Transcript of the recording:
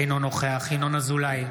אינו נוכח ינון אזולאי,